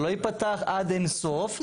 זה לא ייפתח עד אין סוף,